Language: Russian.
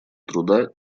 труда